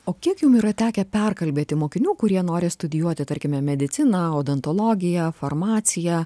o kiek jum yra tekę perkalbėti mokinių kurie nori studijuoti tarkime mediciną odontologiją farmaciją